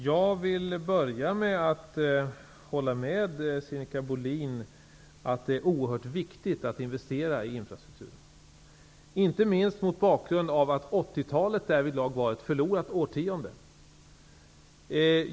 Herr talman! Jag håller med Sinikka Bohlin om att det är oerhört viktigt att investera i infrastrukturen, inte minst mot bakgrund av att 80-talet därvidlag var ett förlorat årtionde.